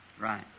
Right